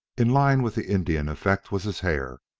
in line with the indian effect was his hair,